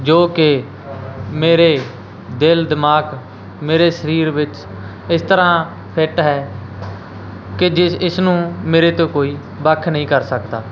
ਜੋ ਕਿ ਮੇਰੇ ਦਿਲ ਦਿਮਾਗ ਮੇਰੇ ਸਰੀਰ ਵਿੱਚ ਇਸ ਤਰਾਂ ਫਿੱਟ ਹੈ ਕਿ ਜਿਸ ਇਸ ਨੂੰ ਮੇਰੇ ਤੋਂ ਕੋਈ ਵੱਖ ਨਹੀਂ ਕਰ ਸਕਦਾ